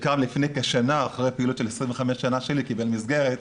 שקם לפני כשנה אחרי פעילות של 25 שנה שלי קיבל מסגרת,